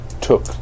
took